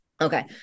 Okay